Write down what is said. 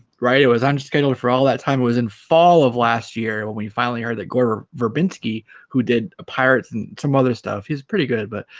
right it was i'm just going to look for all that time i was in fall of last year when we finally heard that gore verbinski who did pirates and some other stuff he's pretty good but